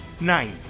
Nine